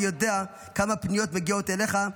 ויודע כמה פניות מגיעות אליך.